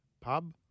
pub